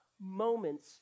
moments